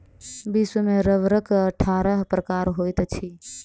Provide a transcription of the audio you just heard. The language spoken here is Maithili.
विश्व में रबड़क अट्ठारह प्रकार होइत अछि